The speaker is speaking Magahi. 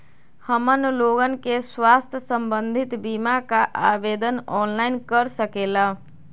हमन लोगन के स्वास्थ्य संबंधित बिमा का आवेदन ऑनलाइन कर सकेला?